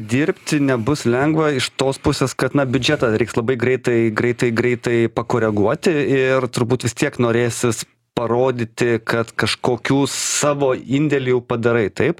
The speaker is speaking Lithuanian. dirbti nebus lengva iš tos pusės kad na biudžetą reiks labai greitai greitai greitai pakoreguot ir turbūt vis tiek norėsis parodyti kad kažkokių savo indėlį jau padarai taip